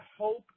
hope